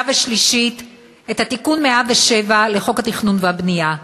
ושלישית את תיקון 107 לחוק התכנון והבנייה,